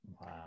Wow